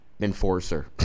enforcer